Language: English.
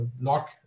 lock